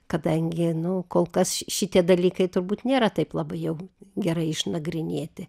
kadangi nu kol kas šitie dalykai turbūt nėra taip labai jau gerai išnagrinėti